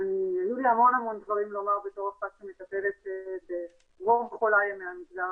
היו לי המון המון דברים לומר בתור אחת שרוב חוליי הם מהמגזר הבדואי,